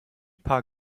paar